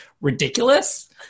ridiculous